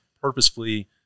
purposefully